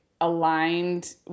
aligned